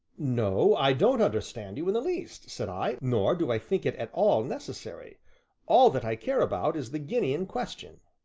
no, i don't understand you in the least, said i, nor do i think it at all necessary all that i care about is the guinea in question.